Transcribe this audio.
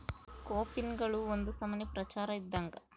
ಕೋಪಿನ್ಗಳು ಒಂದು ನಮನೆ ಪ್ರಚಾರ ಇದ್ದಂಗ